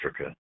Africa